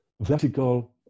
vertical